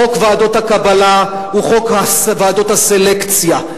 חוק ועדות הקבלה הוא חוק ועדות הסלקציה.